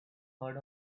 heard